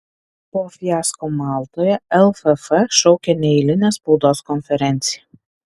po fiasko maltoje lff šaukia neeilinę spaudos konferenciją